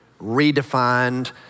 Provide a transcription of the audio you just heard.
redefined